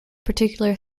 particular